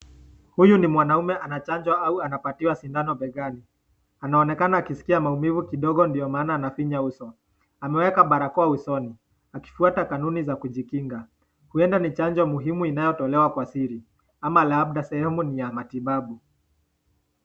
Huyu ni mwanamume anachanjwa au anapatiwa sindano begani. Anaonekana akisikia maumivu kidogo ndiyo maana anafinya uso. Ameweka barakoa usoni akifuata kanuni za kujikinga. Huenda ni chanjo muhimu inayotolewa kwa siri ama labda sehemu ni ya matibabu.